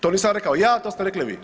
To nisam rekao ja, to ste rekli vi.